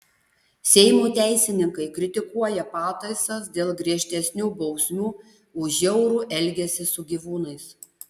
seimo teisininkai kritikuoja pataisas dėl griežtesnių bausmių už žiaurų elgesį su gyvūnais